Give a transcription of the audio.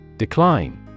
Decline